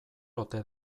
ote